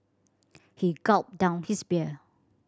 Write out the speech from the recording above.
he gulped down his beer